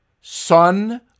son